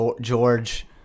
George